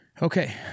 Okay